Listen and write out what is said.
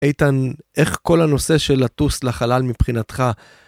איתן, איך כל הנושא של לטוס לחלל, מבחינתך,